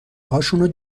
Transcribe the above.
هاشونو